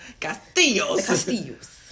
Castillos